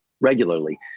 regularly